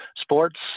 sports